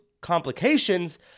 complications